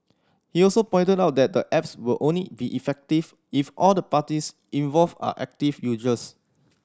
he also pointed out that the apps will only be effective if all the parties involved are active users